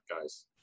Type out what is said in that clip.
guys